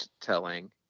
telling